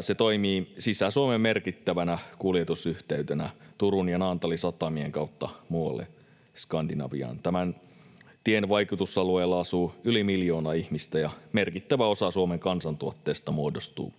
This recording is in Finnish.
se toimii Sisä-Suomen merkittävänä kuljetusyhteytenä Turun ja Naantalin satamien kautta muualle Skandinaviaan. Tämän tien vaikutusalueella asuu yli miljoona ihmistä, ja merkittävä osa Suomen kansantuotteesta muodostuu